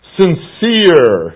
sincere